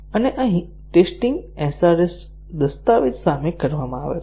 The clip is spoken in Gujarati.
અને અહીં ટેસ્ટીંગ SRS દસ્તાવેજ સામે કરવામાં આવે છે